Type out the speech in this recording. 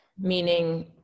meaning